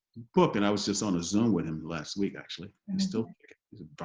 book and i was just on a zone with him last week actually and still he's a